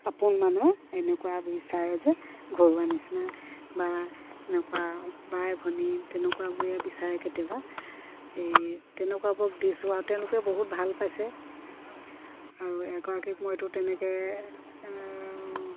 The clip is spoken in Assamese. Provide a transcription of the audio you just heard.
আপোন মানে এনেকুৱা বিচাৰে যে ঘৰুৱা নিচিনাই বা এনেকুৱা বাই ভনী তেনেকুৱাবোৰে বিচাৰে কেতিয়াবা এই তেনেকুৱাবোৰক দিছোঁ আৰু তেওঁলোকে বহুত ভাল পাইছে আৰু এগৰাকীক মইতো তেনেকৈ